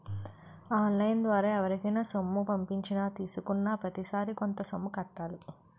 on line ద్వారా ఎవరికైనా సొమ్ము పంపించినా తీసుకున్నాప్రతిసారి కొంత సొమ్ము కట్టాలి